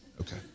Okay